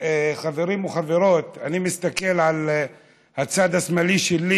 חברים וחברות, אני מסתכל על הצד השמאלי שלי,